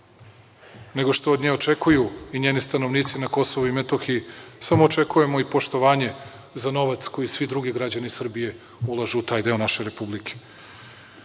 nego što od nje očekuju i njeni stanovnici na Kosovu i Metohiji. Samo očekujemo i poštovanje za novac koji svi drugi građani Srbije ulažu u te naše republike. Pitanje